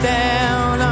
down